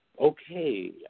Okay